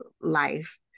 life